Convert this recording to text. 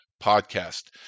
podcast